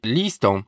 listą